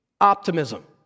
Optimism